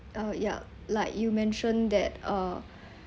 oh yeah like you mentioned that uh